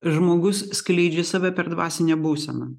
žmogus skleidžia save per dvasinę būseną